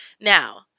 Now